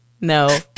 no